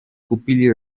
kupili